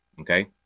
okay